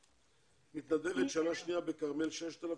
מתנדבת שנה שנייה בכרמל 6000,